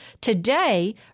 Today